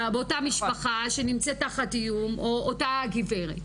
משפחה שנמצאת תחת איום או אותה גברת.